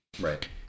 Right